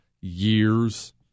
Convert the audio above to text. years